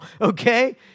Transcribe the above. okay